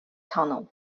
tunnel